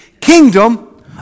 kingdom